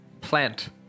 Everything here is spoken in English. plant